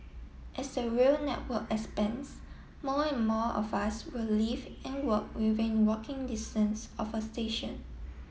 as the rail network expands more and more of us will live and work within walking distance of a station